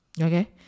Okay